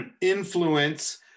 influence